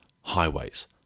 highways